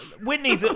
Whitney